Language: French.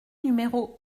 numéro